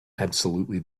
absolutely